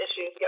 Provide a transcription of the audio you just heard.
issues